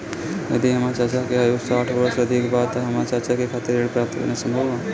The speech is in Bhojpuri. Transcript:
यदि हमार चाचा के आयु साठ वर्ष से अधिक बा त का हमार चाचा के खातिर ऋण प्राप्त करना संभव बा?